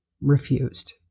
refused